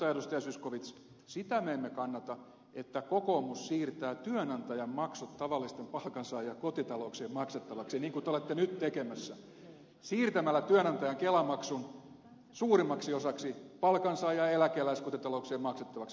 zyskowicz sitä me emme kannata että kokoomus siirtää työnantajan maksut tavallisten palkansaajakotitalouksien maksettavaksi niin kuin te olette nyt tekemässä siirtämällä työnantajan kelamaksun suurimmaksi osaksi palkansaaja ja eläkeläiskotitalouksien maksettavaksi